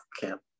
camp